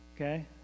Okay